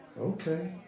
okay